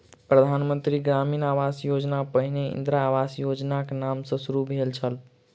प्रधान मंत्री ग्रामीण आवास योजना पहिने इंदिरा आवास योजनाक नाम सॅ शुरू भेल छल